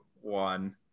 one